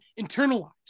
internalize